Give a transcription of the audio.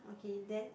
okay then